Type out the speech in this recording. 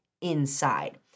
inside